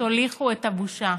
תוליכו את הבושה?